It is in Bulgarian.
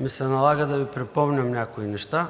ми се налага да Ви припомням някои неща,